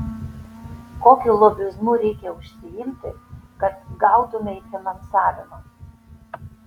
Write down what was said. kokiu lobizmu reikia užsiimti kad gautumei finansavimą